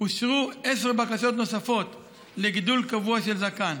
אושרו עשר בקשות נוספות לגידול קבוע של זקן,